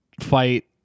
fight